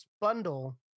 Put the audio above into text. bundle